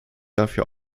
dafür